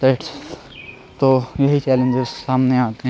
that's تو یہی challenges سامنے آتے